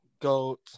goat